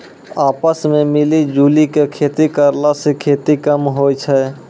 आपस मॅ मिली जुली क खेती करला स खेती कम होय छै